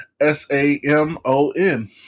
S-A-M-O-N